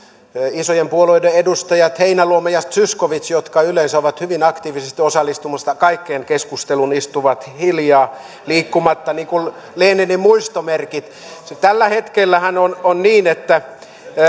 isojen puolueiden edustajat heinäluoma ja zyskowicz jotka yleensä ovat hyvin aktiivisesti osallistumassa kaikkeen keskusteluun istuvat hiljaa liikkumatta niin kuin leninin muistomerkit tällä hetkellähän on on niin että